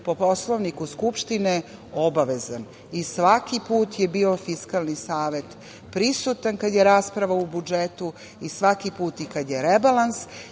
po Poslovniku Narodne skupštine obavezan i svaki put je bio Fiskalni savet prisutan kad je rasprava u budžetu i svaki put i kad je rebalans